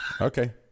Okay